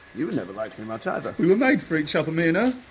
you never liked me much either. we were made for each other, me and